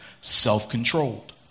self-controlled